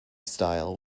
style